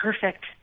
perfect